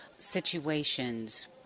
situations